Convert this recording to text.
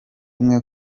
umwe